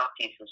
pieces